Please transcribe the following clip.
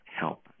help